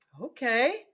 okay